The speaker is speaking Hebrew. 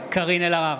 אלהרר,